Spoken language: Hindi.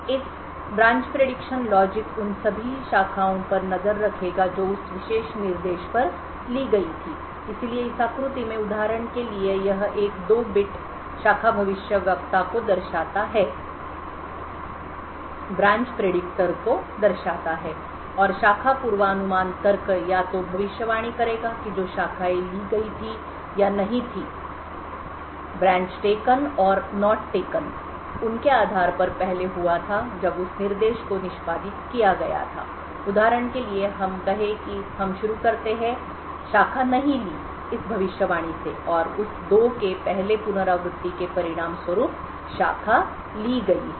एक शाखा भविष्यवाणी तर्क उन सभी शाखाओं पर नज़र रखेगा जो उस विशेष निर्देश पर ली गई थीं इसलिए इस आकृति में उदाहरण के लिए यह एक 2 बिट शाखा भविष्यवक्ता को दर्शाता है और शाखा पूर्वानुमान तर्क या तो भविष्यवाणीप्रिडिक्शन करेगा कि जो शाखाएँ ली गई थीं या नहीं थीं ब्रांच टेकन और नॉट टेकन उनके आधार पर पहले हुआ था जब उस निर्देश को निष्पादित किया गया था उदाहरण के लिए हम कहें कि हम शुरू करते हैं शाखा नहीं ली इस भविष्यवाणी से और उस 2 के पहले पुनरावृत्ति के परिणामस्वरूप शाखा ली गई है